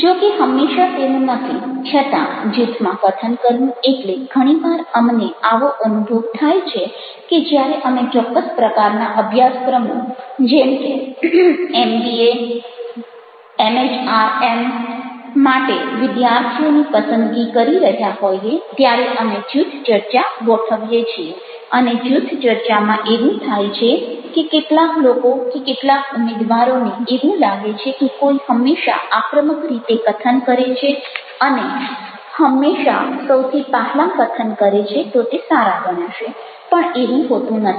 જો કે હંમેશાં તેવું નથી છતાં જૂથમાં કથન કરવું એટલે ઘણી વાર અમને આવો અનુભવ થાય છે કે જ્યારે અમે ચોક્કસ પ્રકારના અભ્યાસક્રમો જેમ કે એમબીએ એમએચઆરએમ માટે વિદ્યાર્થીઓની પસંદગી કરી રહ્યા હોઈએ ત્યારે અમે જૂથ ચર્ચા ગોઠવીએ છીએ અને જૂથ ચર્ચામાં એવું થાય છે કે કેટલાક લોકો કે કેટલાક ઉમેદવારોને એવું લાગે છે કે કોઈ હંમેશાં આક્રમક રીતે કથન કરે છે અને હંમેશા સૌથી પહેલાં કથન કરે છે તો તે સારા ગણાશે પણ એવું હોતું નથી